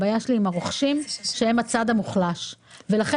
הבעיה שלי עם הרוכשים שהם הצד המוחלש ולכן